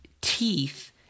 teeth